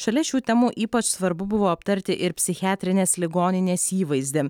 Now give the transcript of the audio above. šalia šių temų ypač svarbu buvo aptarti ir psichiatrinės ligoninės įvaizdį